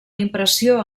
impressió